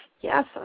yes